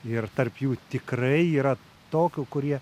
ir tarp jų tikrai yra tokių kurie